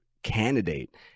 candidate